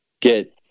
get